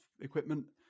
equipment